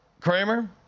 Kramer